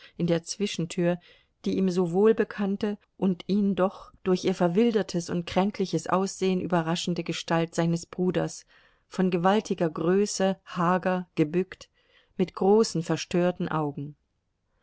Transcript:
in der zwischentür die ihm so wohlbekannte und ihn doch durch ihr verwildertes und kränkliches aussehen überraschende gestalt seines bruders von gewaltiger größe hager gebückt mit großen verstörten augen